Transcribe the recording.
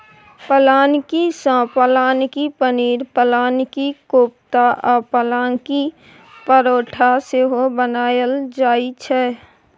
पलांकी सँ पलांकी पनीर, पलांकी कोपता आ पलांकी परौठा सेहो बनाएल जाइ छै